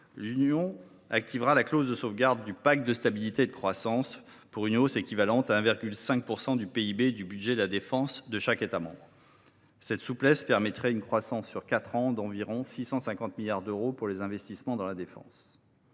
l’Union activera la clause de sauvegarde du pacte de stabilité et de croissance pour une hausse équivalant à 1,5 % du PIB du budget de la défense de chaque État membre. Cette souplesse permettrait une croissance sur quatre ans d’environ 650 milliards d’euros pour les investissements dans la défense.